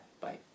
Bye